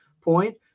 point